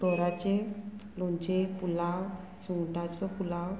तोराचें लोणचें पुलाव सुंगटांचो पुलाव